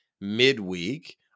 midweek